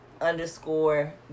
Underscore